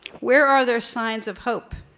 where are there signs of hope?